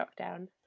lockdown